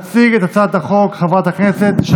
הצעת חוק העונשין (תיקון מס' 142,